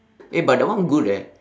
eh but that one good eh